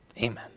Amen